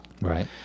Right